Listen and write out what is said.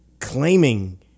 claiming